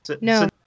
no